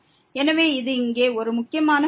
எனவே இது இங்கே ஒரு முக்கியமான கருத்து